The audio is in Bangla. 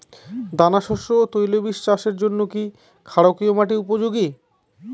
দানাশস্য ও তৈলবীজ চাষের জন্য কি ক্ষারকীয় মাটি উপযোগী?